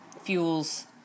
fuels